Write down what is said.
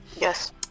Yes